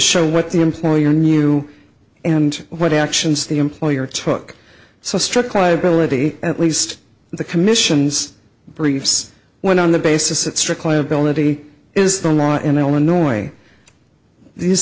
show what the employer knew and what actions the employer took so strict liability at least in the commission's briefs went on the basis that strict liability is the law in illinois these